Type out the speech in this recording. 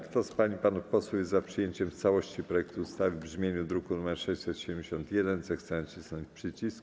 Kto z pań i panów posłów jest za przyjęciem w całości projektu ustawy w brzmieniu druku nr 671, zechce nacisnąć przycisk.